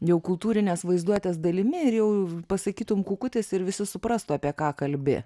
jau kultūrinės vaizduotės dalimi ir jau pasakytum kukutis ir visi suprastų apie ką kalbi